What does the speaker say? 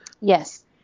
Yes